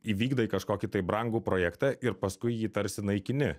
įvykdai kažkokį tai brangų projektą ir paskui jį tarsi naikini